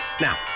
Now